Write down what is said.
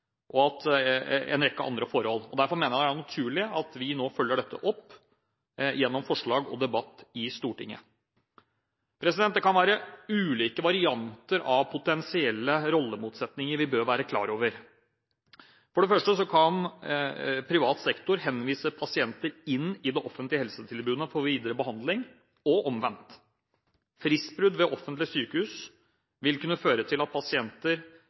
en rekke andre forhold. Derfor mener jeg at det er naturlig at vi nå følger dette opp gjennom forslag og debatt i Stortinget. Det kan være ulike varianter av potensielle rollemotsetninger vi bør være klar over. For det første kan privat sektor henvise pasienter inn i det offentlige helsetilbudet for videre behandling, og omvendt. Fristbrudd ved offentlige sykehus vil kunne føre til at pasienter